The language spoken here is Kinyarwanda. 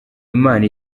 imana